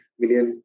million